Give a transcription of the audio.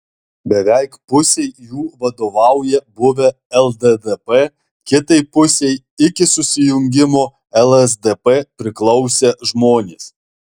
beveik pusei jų vadovauja buvę lddp kitai pusei iki susijungimo lsdp priklausę žmonės